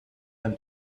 them